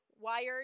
wired